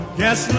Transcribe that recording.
guess